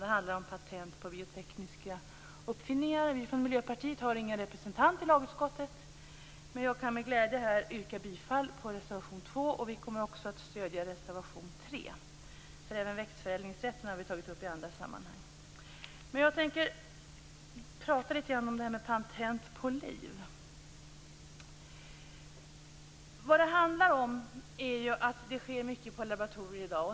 Det handlar om patent på biotekniska uppfinningar. Vi från Miljöpartiet har ingen representant i lagutskottet, men jag kan med glädje yrka bifall till reservation 2. Vi kommer också att stödja reservation 3. Växtförädlingsrätten har vi tagit upp i andra sammanhang. Jag tänker tala lite om patent på liv. Vad det handlar om är att det sker mycket på laboratorier i dag.